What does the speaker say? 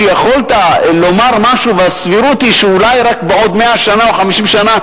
שבו יכולת לומר משהו והסבירות היתה שאולי רק בעוד 100 שנה או 50 שנה,